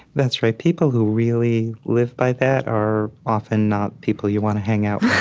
that's right. people who really live by that are often not people you want to hang out